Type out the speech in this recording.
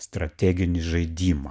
strateginį žaidimą